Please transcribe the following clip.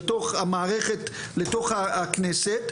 לתוך הכנסת,